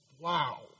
Wow